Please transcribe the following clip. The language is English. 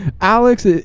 Alex